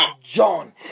John